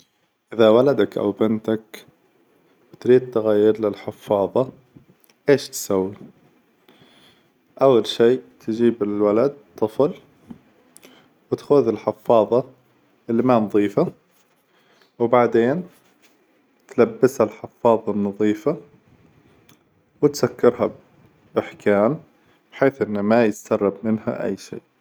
إذا ولدك أو بنتك تريد تغيير له الحفاظة إيش تسوي؟ أول شي تجيب الولد الطفل وتاخذ الحفاظة إللي ما نظيفة، وبعدين تلبسه الحفاظة النظيفة وتسكرها بإحكام بحيث إنه ما يتسرب منها أي شي.